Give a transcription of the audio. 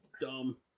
dumb